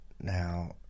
Now